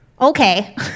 Okay